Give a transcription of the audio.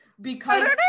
because-